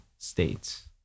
States